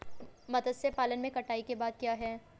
मत्स्य पालन में कटाई के बाद क्या है?